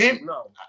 no